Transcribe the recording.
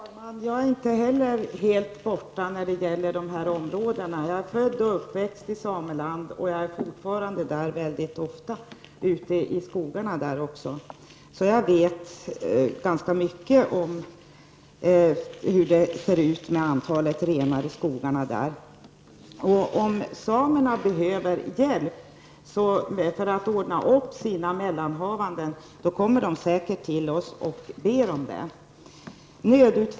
Herr talman! Jag är inte heller helt borta när det gäller de här frågorna. Jag är född och uppvuxen i sameland, och jag är fortfarande ute i skogarna där väldigt ofta. Jag vet därför ganska mycket om hur det ser ut med antalet renar i skogarna. Om samerna behöver hjälp för att ordna upp sina mellanhavanden kommer de säkert till oss och ber om det.